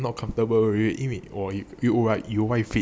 not comfortable 因为我有我有 wide feet